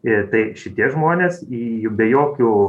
ir tai šitie žmonės į jų be jokių